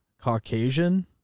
caucasian